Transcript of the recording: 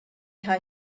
kai